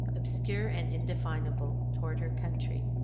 obscure and indefinable, toward her country,